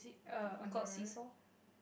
err on the